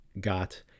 got